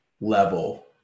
level